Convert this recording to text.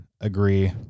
agree